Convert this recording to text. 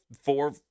four